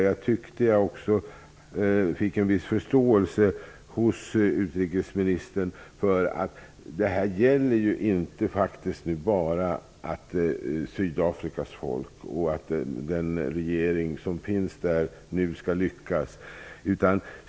Jag tyckte att jag fick en viss förståelse från utrikesministern för att det inte bara gäller Sydafrikas folk och att den regering som finns där skall lyckas.